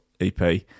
EP